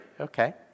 Okay